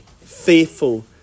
faithful